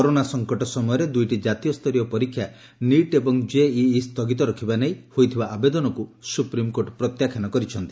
corona ସଂକଟ ସମୟରେ ଦୁଇଟି ଜାତୀୟ ସ୍ତରୀୟ ପରୀକ୍ଷା ନିଟ୍ ଏବଂ ଜେଇ ସ୍ତଗିତ ରଖିବା ନେଇ ହୋଇଥିବା ଆବେଦନକୁ ସୁପ୍ରିମକୋର୍ଟ ପ୍ରତ୍ୟାଖ୍ୟାନ କରିଛନ୍ତି